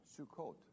Sukkot